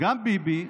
גם ביבי,